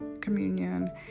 communion